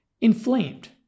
inflamed